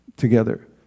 Together